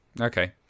Okay